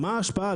מה השפעה.